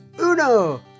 uno